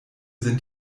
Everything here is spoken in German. sind